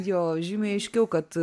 jo žymiai aiškiau kad